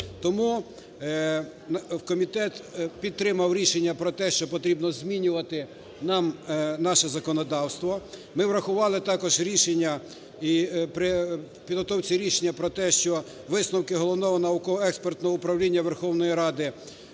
Тому комітет підтримав рішення про те, що потрібно змінювати нам наше законодавство. Ми врахували також рішення, при підготовці рішення про те, що висновки Головного науково-експертного управління Верховної Ради